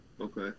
Okay